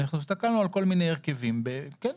אנחנו הסתכלנו על כל מיני הרכבים, אז כן.